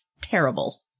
terrible